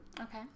okay